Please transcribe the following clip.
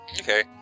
Okay